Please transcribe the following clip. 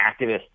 activists